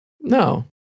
No